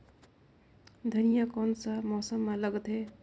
धनिया कोन सा मौसम मां लगथे?